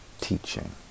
teaching